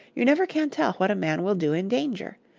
you never can tell what a man will do in danger.